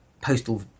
postal